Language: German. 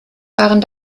waren